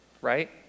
Right